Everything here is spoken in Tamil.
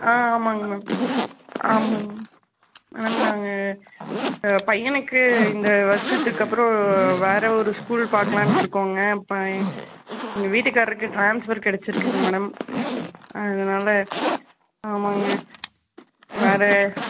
ஆ ஆமாங்க மேம் ஆமாங்க மேம் மேடம் நாங்கள் பையனுக்கு இந்த வருஷத்துக்கு அப்புறம் வேறு ஒரு ஸ்கூல் பார்க்கலாண்ட்ருக்கோங்க ப எங்கள் வீட்டுக்காரருக்கு ட்ரான்ஸ்ஃபர் கிடச்சிருக்குங்க மேடம் அதனால ஆமாங்க வேறு